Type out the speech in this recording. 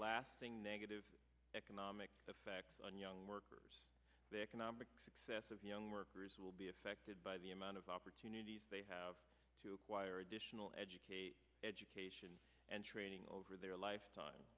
negative economic effect on young workers the economic success of young workers will be affected by the amount of opportunities they have to acquire additional educate education and training over their lifetime